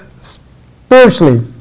spiritually